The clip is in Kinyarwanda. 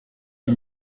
iyi